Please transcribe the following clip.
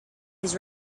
his